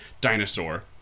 Dinosaur